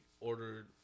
Ordered